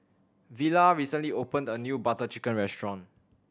Villa recently opened a new Butter Chicken restaurant